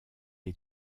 est